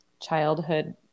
childhood